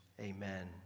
amen